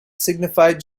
signified